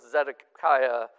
Zedekiah